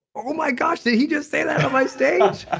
oh my gosh, did he just say that on my stage?